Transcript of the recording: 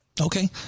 Okay